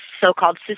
so-called